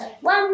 One